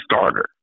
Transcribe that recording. starter